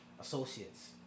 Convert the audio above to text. associates